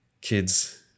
kid's